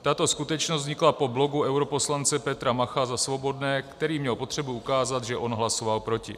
Tato skutečnost vznikla po blogu europoslance Petra Macha za Svobodné, který měl potřebu ukázat, že on hlasoval proti.